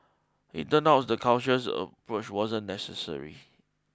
it turns out the cautious approach wasn't necessary